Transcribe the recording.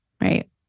right